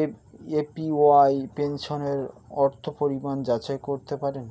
এ APY পেনশনের অর্থ পরিমাণ যাচাই করতে পারেন